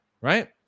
right